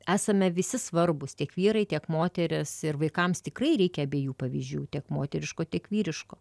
esame visi svarbūs tiek vyrai tiek moterys ir vaikams tikrai reikia abiejų pavyzdžių tiek moteriško tik vyriško